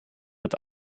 het